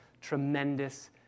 tremendous